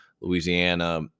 louisiana